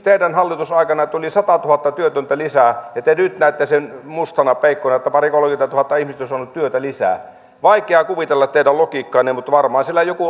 teidän hallitusaikananne tuli satatuhatta työtöntä lisää ja te nyt näette mustana peikkona sen että pari kolmekymmentätuhatta ihmistä on saanut työtä lisää vaikea kuvitella teidän logiikkaanne varmaan siellä jokin